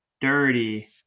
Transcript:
dirty